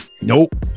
Nope